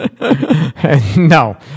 No